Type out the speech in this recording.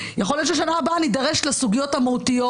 יכול להיות שבשנה הבאה נידרש לסוגיות מהותיות,